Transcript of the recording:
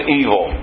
evil